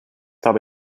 habe